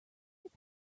your